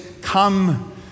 come